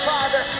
Father